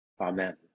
amen